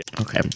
Okay